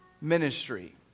ministry